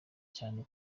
cyane